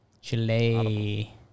Chile